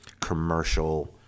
commercial